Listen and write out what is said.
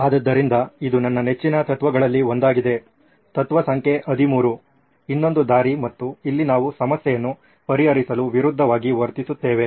ಆದ್ದರಿಂದ ಇದು ನನ್ನ ನೆಚ್ಚಿನ ತತ್ವಗಳಲ್ಲಿ ಒಂದಾಗಿದೆ ತತ್ವ ಸಂಖ್ಯೆ 13 ಇನ್ನೊಂದು ದಾರಿ ಮತ್ತು ಇಲ್ಲಿ ನಾವು ಸಮಸ್ಯೆಯನ್ನು ಪರಿಹರಿಸಲು ವಿರುದ್ಧವಾಗಿ ವರ್ತಿಸುತ್ತೇವೆ